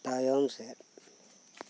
ᱛᱟᱭᱚᱢ ᱥᱮᱫ